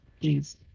please